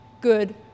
good